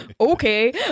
Okay